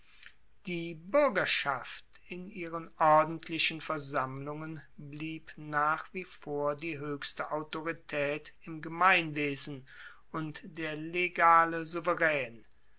die buergerschaft in ihren ordentlichen versammlungen blieb nach wie vor die hoechste autoritaet im gemeinwesen und der legale souveraen